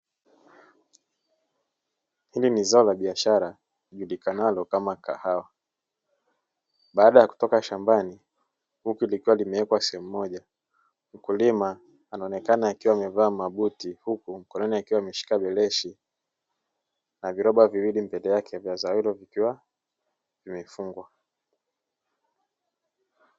Hili ni zao la biashara lijulikanalo kama kahawa, baada ya kutoka shambani huku likiwa limewekwa sehemu moja. Mkulima anaonekana akiwa amevaa mabuti, huku mkononi akiwa ameshika beleshi na viroba viwili mbele yake vya zao hilo vikiwa vimefungwa.